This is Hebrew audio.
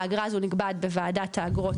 האגרה הזו נקבעת בוועדת האגרות,